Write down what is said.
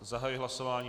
Zahajuji hlasování.